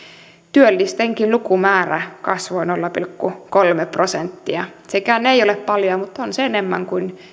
työllistenkin lukumäärä kasvoi nolla pilkku kolme prosenttia sekään ei ole paljon mutta on se enemmän kuin